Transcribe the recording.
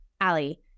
Allie